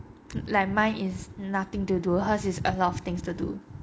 like mine is nothing to do hers is a lot of things to do